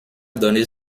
donné